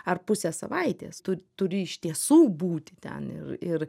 ar pusę savaitės tu turi iš tiesų būti ten ir ir